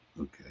okay